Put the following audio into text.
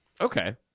Okay